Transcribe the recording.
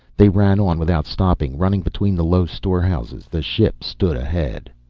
they ran on without stopping, running between the low storehouses. the ship stood ahead.